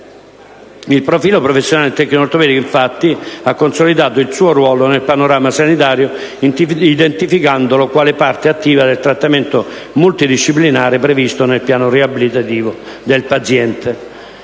Il profilo professionale del tecnico ortopedico, infatti, ha consolidato il suo ruolo nel panorama sanitario, identificandolo quale parte attiva del trattamento multidisciplinare previsto nel piano riabilitativo del paziente.